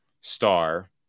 star